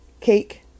cake